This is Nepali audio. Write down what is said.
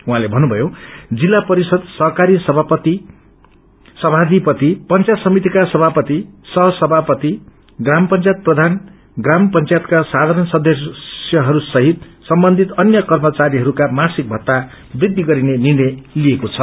उहाँले भन्नुथवो जित्ल परिषद सहकारी समाथिपति पंचायत समितिका सभापति सह सभापति प्राम पंचायत प्रथान प्राम पंचायतकासाथारण सदस्यहरूतहित सम्बन्धित अन्य कर्मचारीहरूका मासिक भत्ता वृखि गरिने निष्प्रय लिइएको छ